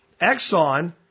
Exxon